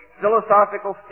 philosophical